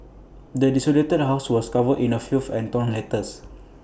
the desolated house was covered in A filth and torn letters